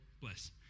Bless